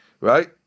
Right